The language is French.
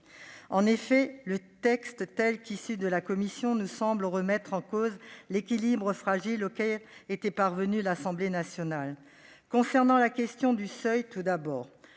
En effet, le texte, tel qu'il est issu de la commission, nous semble remettre en cause l'équilibre fragile auquel était parvenue l'Assemblée nationale. Tout d'abord, concernant la question du seuil, il a